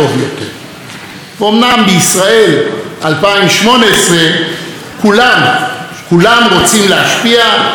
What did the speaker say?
בישראל 2018 כולם כולם רוצים להשפיע על דמותה של המדינה.